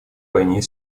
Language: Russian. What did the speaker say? войне